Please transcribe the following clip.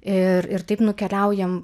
ir ir taip nukeliaujam